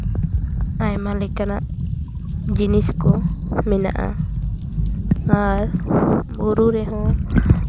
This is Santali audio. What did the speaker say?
ᱟᱭᱢᱟ ᱞᱮᱠᱟᱱᱟᱜ ᱡᱤᱱᱤᱥ ᱠᱚ ᱢᱮᱱᱟᱜᱼᱟ ᱟᱨ ᱵᱩᱨᱩ ᱨᱮᱦᱚᱸ